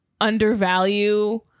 undervalue